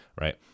right